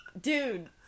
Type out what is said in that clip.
dude